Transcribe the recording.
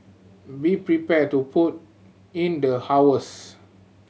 be prepared to put in the hours